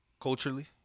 Culturally